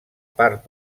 part